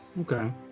Okay